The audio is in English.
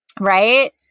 Right